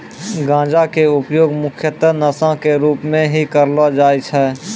गांजा के उपयोग मुख्यतः नशा के रूप में हीं करलो जाय छै